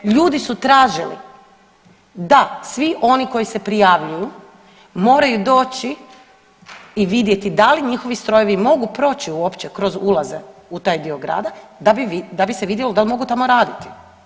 Ljudi su tražili da svi oni koji se prijavljuju moraju doći i vidjeti da li njihovi strojevi mogu proći uopće kroz ulaze u taj dio grada, da bi se vidjelo da li mogu tamo raditi.